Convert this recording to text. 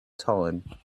time